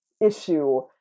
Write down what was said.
issue